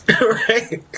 Right